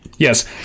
Yes